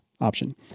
option